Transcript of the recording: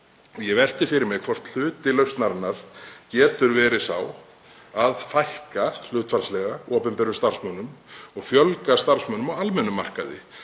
Ég velti fyrir mér hvort hluti lausnarinnar geti verið sá að fækka hlutfallslega opinberum starfsmönnum og fjölga starfsmönnum á almennum markaði